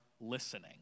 listening